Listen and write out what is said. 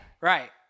Right